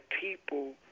people